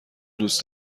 دوست